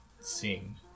sing